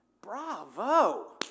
bravo